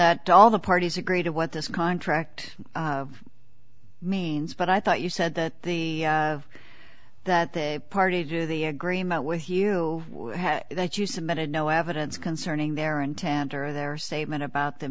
that all the parties agree to what this contract means but i thought you said that the that the parties do the agreement with you that you submitted no evidence concerning their intent or their statement about the